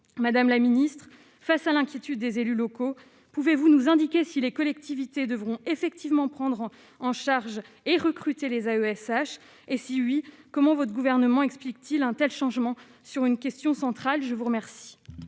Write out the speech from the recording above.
madame la ministre, face à l'inquiétude des élus locaux, pouvez-vous nous indiquer si les collectivités devront effectivement prendre en charge et recruter les AESH et si oui, comment votre gouvernement, explique-t-il, un tels changements sur une question centrale : je vous remercie.